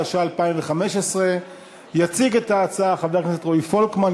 התשע"ה 2015. יציג את ההצעה חבר הכנסת רועי פולקמן.